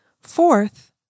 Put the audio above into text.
Fourth